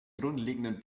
grundlegenden